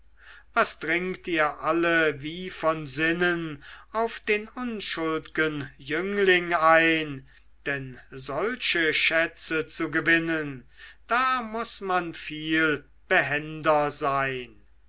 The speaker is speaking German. was dringt ihr alle wie von sinnen auf den unschuld'gen jüngling ein denn solche schätze zu gewinnen da muß man viel behender sein